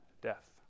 death